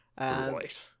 Right